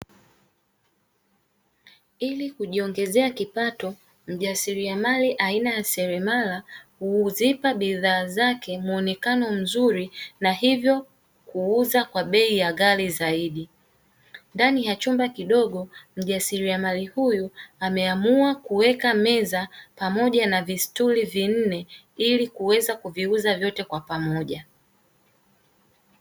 Ili kujiongezea kipato, mjasiriamali aina ya seremala huzipa bidhaa zake muonekano mzuri na hivyo kuuza kwa bei ya ghali zaidi, ndani ya chumba kidogo mjasiriamali huyu ameamua kuweka meza pamoja na vistuli vinne ili kuweza kuviuza vyote kwa pamoja.